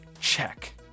Check